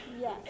Yes